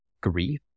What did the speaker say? grief